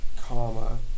comma